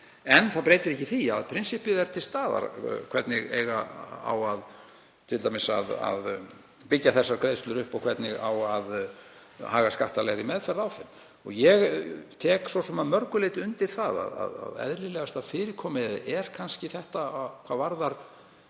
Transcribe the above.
En það breytir ekki því að prinsippið er til staðar. Hvernig á t.d. að byggja þær greiðslur upp og hvernig á að haga skattalegri meðferð á þeim? Og ég tek svo sem að mörgu leyti undir það að eðlilegasta fyrirkomulagið er kannski, hvað